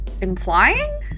implying